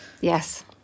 Yes